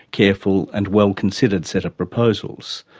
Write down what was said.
careful and well-considered set of proposals.